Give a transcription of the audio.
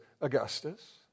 Augustus